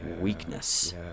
weakness